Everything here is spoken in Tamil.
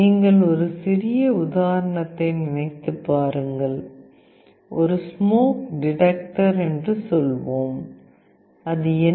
நீங்கள் ஒரு சிறிய உதாரணத்தைப் நினைத்துப் பாருங்கள் ஒரு ஸ்மோக் டிடக்டர் என்று சொல்வோம் அது என்ன